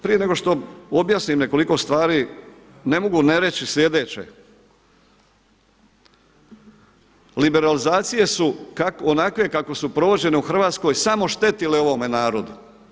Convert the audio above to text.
Prije nego što objasnim nekoliko stvari ne mogu ne reći sljedeće: liberalizacije su onakve kako su provođene u Hrvatskoj samo štetile ovome narodu.